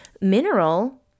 mineral